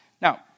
Now